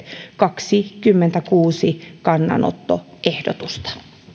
kaksikymmentäkuusi kannanottoehdotusta